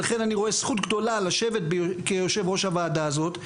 ולכן אני רואה זכות גדולה לשבת בראש הוועדה הזאת,